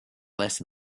less